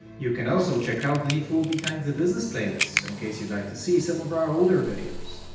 you can also check out the full behind the business playlist, in case you'd like to see some of our older videos.